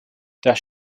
das